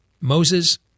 Moses